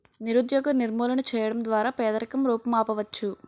నిరుద్యోగ నిర్మూలన చేయడం ద్వారా పేదరికం రూపుమాపవచ్చు